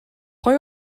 pwy